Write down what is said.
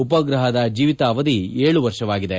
ಉಪಗ್ರಹದ ಜೀವಿತಾವಧಿ ಏಳು ವರ್ಷವಾಗಿದೆ